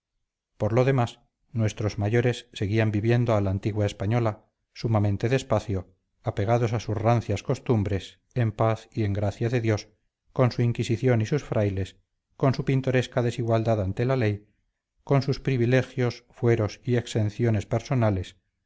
por lo demás nuestros mayores seguían viviendo a la antigua española sumamente despacio apegados a sus rancias costumbres en paz y en gracia de dios con su inquisición y sus frailes con su pintoresca desigualdad ante la ley con sus privilegios fueros y exenciones personales